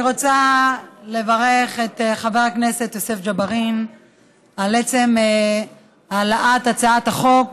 אני רוצה לברך את חבר הכנסת יוסף ג'בארין על עצם העלאת הצעת החוק